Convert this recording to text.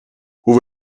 hoe